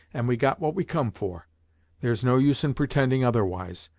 and we got what we come for there's no use in pretending otherwise.